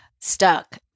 stuck